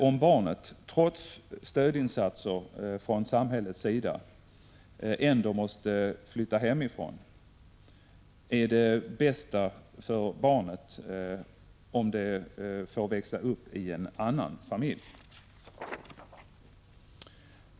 Om barnet, trots stödinsatser från samhällets sida, ändå måste flytta hemifrån är det bäst för barnet om det får växa uppien annan familj.